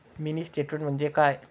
Mini statement म्हणजे काय?